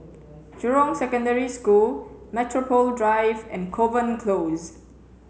Jurong Secondary School Metropole Drive and Kovan Close